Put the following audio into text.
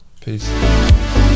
Peace